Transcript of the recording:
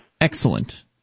Excellent